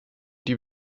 die